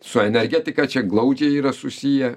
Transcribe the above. su energetika čia glaudžiai yra susiję